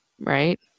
Right